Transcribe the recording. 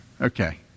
okay